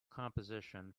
composition